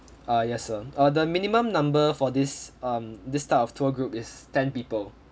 ah yes sir err the minimum number for this um this type of tour group is ten people